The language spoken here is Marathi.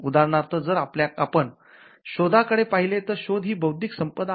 उदाहरणार्थ जर आपण शोधाकडे पाहिले तर शोध ही बौद्धिक संपदा आहे